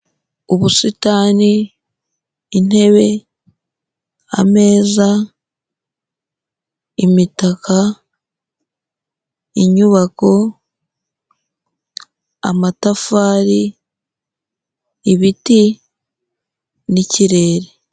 Ubusitani, intebe, ameza, imitaka, inyubako, amatafari, ibiti n'ikirere.